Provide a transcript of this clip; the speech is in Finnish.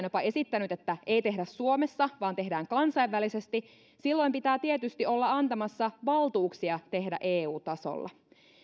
jopa esittänyt että ei tehdä suomessa vaan tehdään kansainvälisesti silloin pitää tietysti olla antamassa valtuuksia tehdä eu tasolla